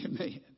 Amen